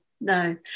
no